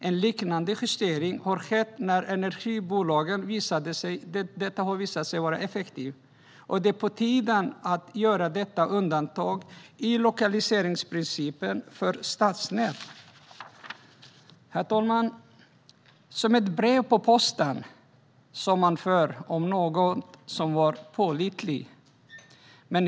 En liknande justering har skett för energibolagen och visat sig effektiv, och det är på tiden att göra detta undantag i lokaliseringsprincipen även för stadsnät. Herr talman! "Som ett brev på posten" sa man förr om något som var pålitligt.